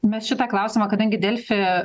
mes šitą klausimą kadangi delfi